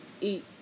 eat